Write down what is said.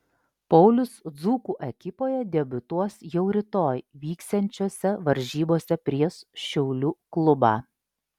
paulius dzūkų ekipoje debiutuos jau rytoj vyksiančiose varžybose prieš šiaulių klubą